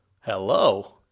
Hello